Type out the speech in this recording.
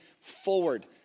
forward